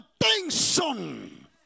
attention